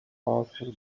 powerful